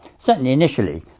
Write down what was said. certainly, initially,